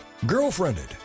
Girlfriended